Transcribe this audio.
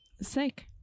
Sick